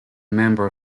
member